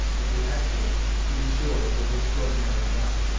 but the accident, to be sure, was extraordinary enough.